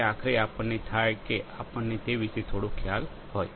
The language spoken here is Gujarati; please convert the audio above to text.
જે આખરે આપણને થાય કે આપણને તે વિશે થોડો ખ્યાલ હોય